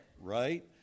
Right